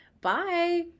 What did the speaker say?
Bye